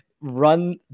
run